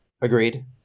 Agreed